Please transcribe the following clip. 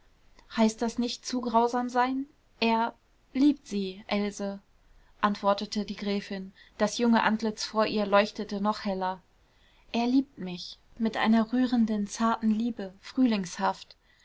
heißt das nicht zu grausam sein er liebt sie else antwortete die gräfin das junge antlitz vor ihr leuchtete noch heller er liebt mich mit einer rührenden zarten liebe frühlingshaft